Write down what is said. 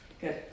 Good